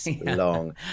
long